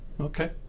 Okay